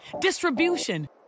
distribution